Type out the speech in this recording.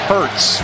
Hurts